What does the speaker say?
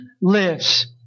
lives